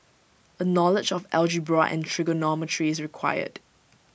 A knowledge of algebra and trigonometry is required